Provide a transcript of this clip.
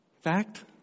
Fact